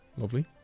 lovely